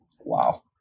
wow